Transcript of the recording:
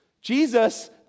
Jesus